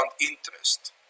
interest